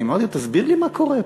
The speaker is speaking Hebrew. ואמרתי לו: תסביר לי מה קורה פה.